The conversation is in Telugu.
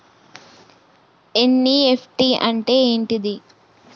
ఎన్.ఇ.ఎఫ్.టి అంటే ఏంటిది?